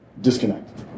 disconnect